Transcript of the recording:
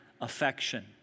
affection